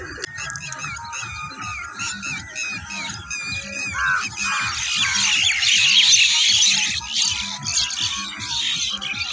किसानक भारी विरोध के बाद तीनू कृषि कानून कें निरस्त कए देल गेलै